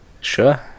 Sure